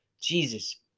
Jesus